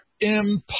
impossible